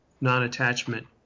non-attachment